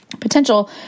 potential